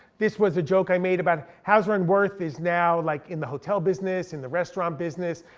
this was a joke i made about, hauser and wirth is now like in the hotel business, in the restaurant business.